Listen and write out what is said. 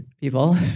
people